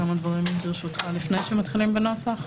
לפני שמתחילים בנוסח,